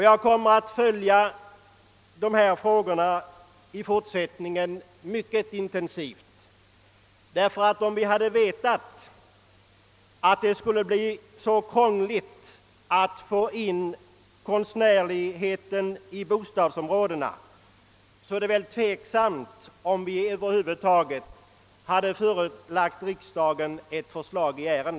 Jag kommer att följa dessa frågor mycket intensivt i fortsättningen. Om vi hade vetat att det skulle bli så krångligt att få till stånd konstnärlig utsmyckning av bostadsområdena, är det väl ovisst om vi över huvud taget hade förelagt riksdagen ett förslag i frågan.